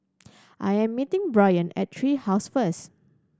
I am meeting Bryan at Tree House first